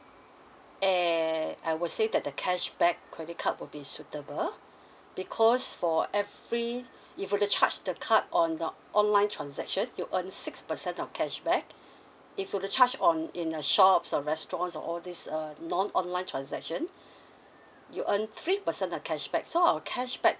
eh I would say that the cashback credit card will be suitable because for every if were to the charge the card on uh online transaction you earn six percent of cashback if you were to charge on in uh shops or restaurants or all these uh non-online transaction you earn three percent of cashback so our cashback